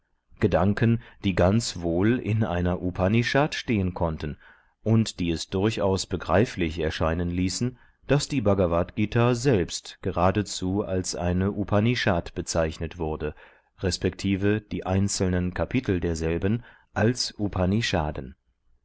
gedanken die ganz wohl in einer upanishad stehen konnten und die es durchaus begreiflich erscheinen ließen daß die bhagavadgt selbst geradezu als eine upanishad bezeichnet wurde resp die einzelnen kapitel derselben als